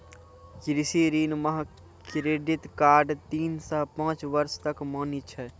कृषि ऋण मह क्रेडित कार्ड तीन सह पाँच बर्ष तक मान्य छै